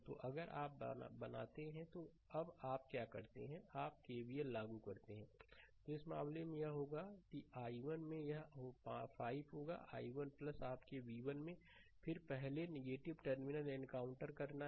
तो अगर आप बनाते हैं तो अब आप क्या करते हैं आप केवीएल लागू करते हैं तो इस मामले में यह क्या होगा I1 में यह 5 होगा i1 आपके v1 में फिर पहले टर्मिनल एनकाउंटर करना है